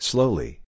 Slowly